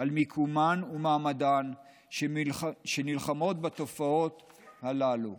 על מיקומן ומעמדן ונלחמות בתופעות הללו.